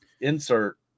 insert